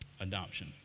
adoption